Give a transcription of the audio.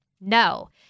No